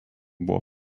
buvo